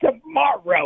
tomorrow